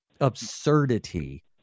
absurdity